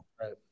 Right